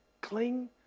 cling